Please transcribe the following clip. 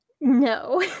No